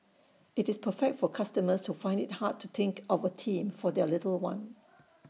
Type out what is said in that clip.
IT is perfect for customers who find IT hard to think of A theme for their little one